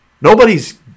Nobody's